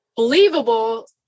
believable